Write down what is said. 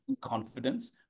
confidence